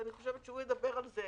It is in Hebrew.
ואני חושבת שהוא ידבר על זה,